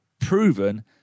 proven